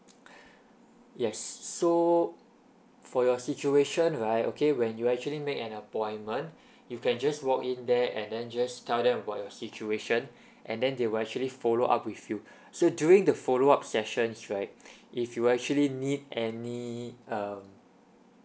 yes so for your situation right okay when you actually make an appointment you can just walk in there and then just tell them about your situation and then they will actually follow up with you so during the follow up sessions right if you actually need any um